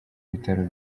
bitaro